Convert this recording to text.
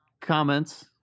comments